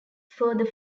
further